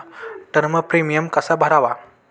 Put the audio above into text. Term premium कसा भरावा?